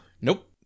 Nope